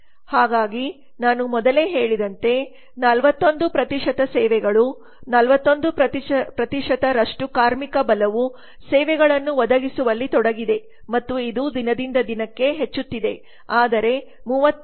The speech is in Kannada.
ಹಾಗಾಗಿ ನಾನು ಮೊದಲೇ ಹೇಳಿದಂತೆ 41 ಸೇವೆಗಳು 41 ರಷ್ಟು ಕಾರ್ಮಿಕ ಬಲವು ಸೇವೆಗಳನ್ನು ಒದಗಿಸುವಲ್ಲಿ ತೊಡಗಿದೆ ಮತ್ತು ಇದು ದಿನದಿಂದ ದಿನಕ್ಕೆ ಹೆಚ್ಚುತ್ತಿದೆ ಆದರೆ 36